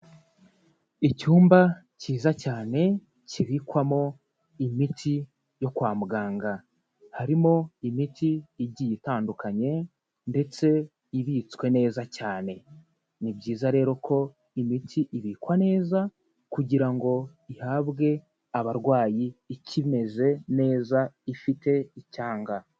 Icyumba cyiza cyane kibikwamo imiti yo kwa muganga, harimo imiti igiye itandukanye ndetse ibitswe neza cyane. Ni byiza rero ko imiti ibikwa neza kugira ngo ihabwe abarwayi ikimeze neza ifite icyanga.